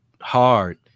hard